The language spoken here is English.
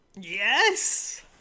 Yes